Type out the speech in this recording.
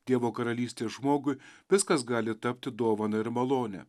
dievo karalystė žmogui viskas gali tapti dovana ir malone